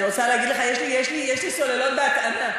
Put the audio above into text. אני רוצה להגיד לך: יש לי סוללות בהטענה.